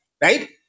Right